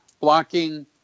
blocking